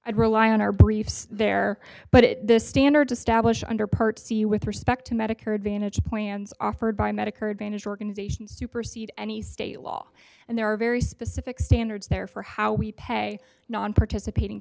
i rely on our briefs there but it the standards established under part c with respect to medicare advantage plans offered by medicare advantage organizations supersede any state law and there are very specific standards there for how we pay nonparticipating